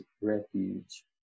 refuge